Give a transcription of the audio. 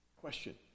question